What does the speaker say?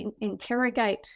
interrogate